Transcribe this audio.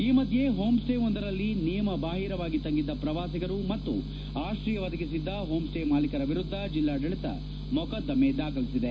ಈ ಮಧ್ಯೆ ಹೋಂಸ್ವೇ ಒಂದರಲ್ಲಿ ನಿಯಮ ಬಾಹಿರವಾಗಿ ತಂಗಿದ್ದ ಪ್ರವಾಸಿಗರು ಮತ್ತು ಆತ್ರಯ ಒದಗಿಸಿದ ಹೋಂಸ್ಲೇ ಮಾಲೀಕರ ವಿರುದ್ದ ಜಿಲ್ಲಾಡಳಿತ ಮೊಕದ್ದಮೆ ದಾಖಲಿಸಿದೆ